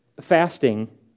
fasting